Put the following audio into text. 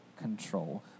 control